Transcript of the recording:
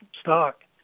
stock